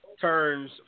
Turns